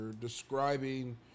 describing